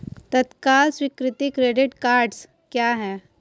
तत्काल स्वीकृति credit cards क्या हैं?